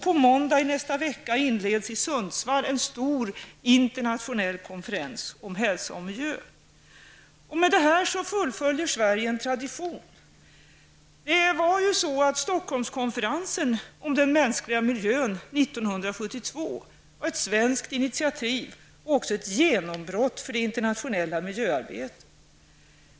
På måndag i nästa vecka inleds i Sundsvall en stor internationell konferens om hälsa och miljö. Med detta fullföljer Sverige en tradition. 1972 var ett svenskt initiativ och ett genombrott för det internationella miljöarbetet.